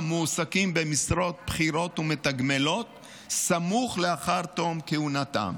מועסקים במשרות בכירות ומתגמלות סמוך לאחר תום כהונתם.